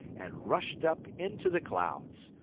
and rushed up into the clouds,